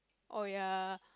oh ya